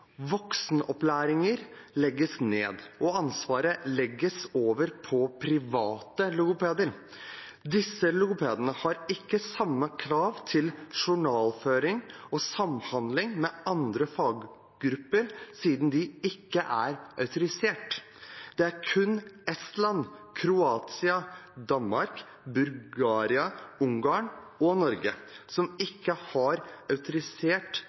Voksenopplæringer legges ned, og ansvaret legges over på private logopeder. Disse logopedene har ikke samme krav til journalføring og samhandling med andre faggrupper, siden de ikke er autorisert. Det er kun Estland, Kroatia, Danmark, Bulgaria, Ungarn og Norge som ikke har autorisert